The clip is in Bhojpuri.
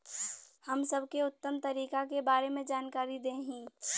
हम सबके उत्तम तरीका के बारे में जानकारी देही?